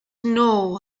know